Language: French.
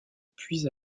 puis